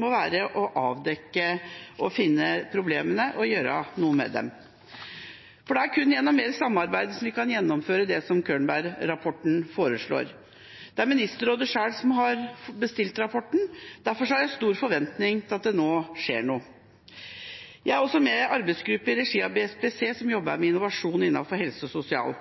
må være å avdekke problemene og gjøre noe med dem. Kun gjennom mer samarbeid kan vi gjennomføre det som Körnberg-rapporten foreslår. Det er Ministerrådet sjøl som har bestilt rapporten, derfor har jeg stor forventning til at det nå skjer noe. Jeg er også med i en arbeidsgruppe i regi av BSPC som jobber med innovasjon innenfor helse og sosial.